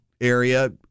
area –